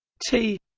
t